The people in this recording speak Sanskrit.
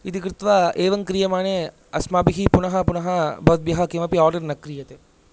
इति कृत्वा एवं क्रियमाणे अस्माभिः पुनः पुनः भवद्भ्यः किमपि आर्डर् न क्रियते